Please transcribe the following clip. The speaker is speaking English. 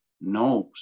knows